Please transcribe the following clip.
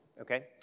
okay